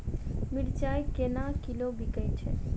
मिर्चा केना किलो बिकइ छैय?